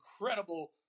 incredible